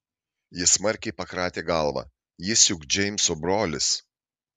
ji smarkiai pakratė galvą jis juk džeimso brolis